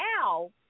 now